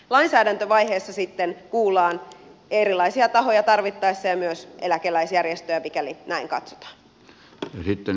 lainsäädäntövaiheessa sitten kuullaan erilaisia tahoja tarvittaessa ja myös eläkeläisjärjestöjä mikäli näin katsotaan